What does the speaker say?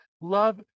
love